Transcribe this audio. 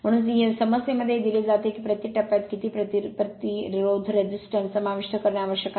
म्हणून समस्येमध्ये हे दिले जाते की प्रति टप्प्यात किती प्रतिरोध समाविष्ट करणे आवश्यक आहे